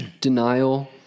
denial